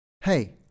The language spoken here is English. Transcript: Hey